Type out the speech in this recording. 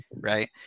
Right